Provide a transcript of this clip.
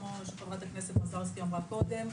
כמו שח"כ מזרסקי אמרה קודם,